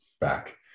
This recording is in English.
back